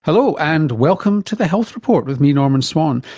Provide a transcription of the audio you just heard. hello, and welcome to the health report with me, norman swan.